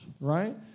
Right